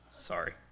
Sorry